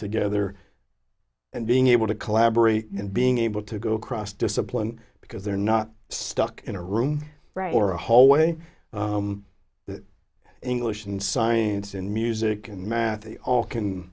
together and being able to collaborate and being able to go across discipline because they're not stuck in a room right or a hallway that english and science and music and math all can